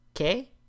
okay